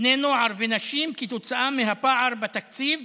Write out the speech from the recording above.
בני נוער ונשים כתוצאה מהפער בתקציב